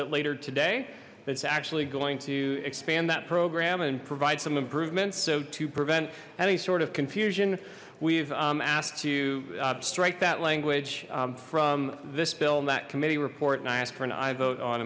bit later today that's actually going to expand that program and provide some improvements so to prevent any sort of confusion we've asked to strike that language from this bill that committee report and i ask for an aye